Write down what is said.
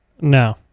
No